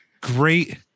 great